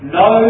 no